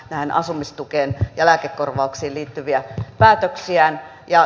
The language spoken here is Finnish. näin asumistukeen ja lääkekorvauksiin liittyviä päätöksiään ja